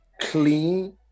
clean